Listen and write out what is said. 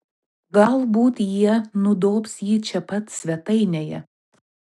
galbūt jie nudobs jį čia pat svetainėje